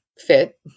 fit